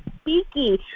speaking